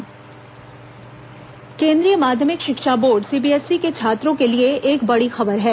CBSE केंद्रीय माध्यमिक शिक्षा बोर्ड सीबीएसई के छात्रों के लिए एक बड़ी खबर है